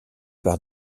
par